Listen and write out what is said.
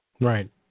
Right